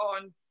on